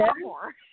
more